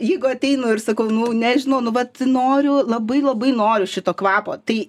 jeigu ateinu ir sakau nu nežinau nu vat noriu labai labai noriu šito kvapo tai